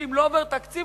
שאם לא עובר תקציב,